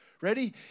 Ready